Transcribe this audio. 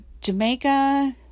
Jamaica